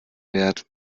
wert